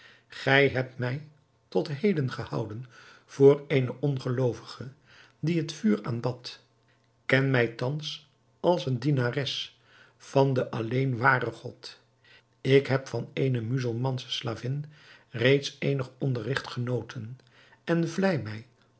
gij hebt mij tot heden gehouden voor eene ongeloovige die het vuur aanbad ken mij thans als een dienares van den alleen waren god ik heb van eene muzelmansche slavin reeds eenig onderrigt genoten en vlei mij